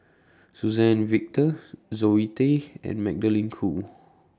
Suzann Victor Zoe Tay and Magdalene Khoo